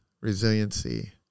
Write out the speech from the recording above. resiliency